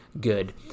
good